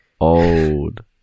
old